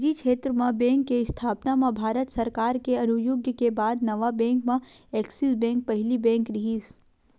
निजी छेत्र म बेंक के इस्थापना म भारत सरकार के अनुग्या के बाद नवा बेंक म ऐक्सिस बेंक पहिली बेंक रिहिस